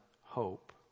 hope